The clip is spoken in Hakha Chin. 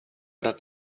rak